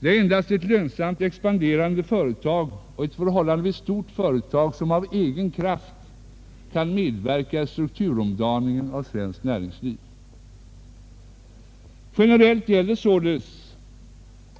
Det är endast ett lönsamt, expanderande och förhållandevis stort företag, som av egen kraft kan medverka i strukturomdaningen av svenskt näringsliv. Generellt gäller således